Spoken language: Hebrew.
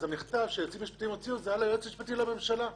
אז המכתב שהיועצים המשפטיים הוציאו היה ליועץ המשפטי לממשלה.